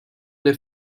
der